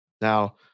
Now